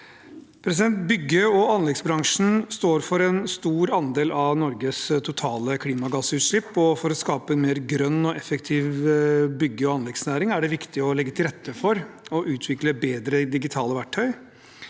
Bygg- og anleggsbransjen står for en stor andel av Norges totale klimagassutslipp. For å skape en mer grønn og effektiv bygg- og anleggsnæring er det viktig å legge til rette for å utvikle bedre digitale verktøy.